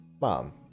Mom